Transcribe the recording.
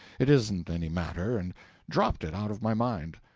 it isn't any matter, and dropped it out of my mind.